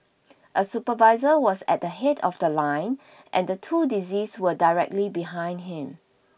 a supervisor was at the head of the line and the two deceased were directly behind him